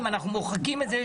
אם אנחנו מוחקים את זה,